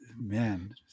man